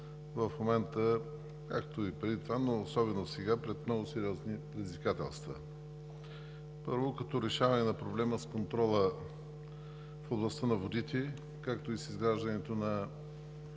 и водите както и преди това, но особено сега е изправено пред много сериозни предизвикателства. Първо, като решаване на проблема с контрола в областта на водите, както и с изграждането на